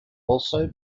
also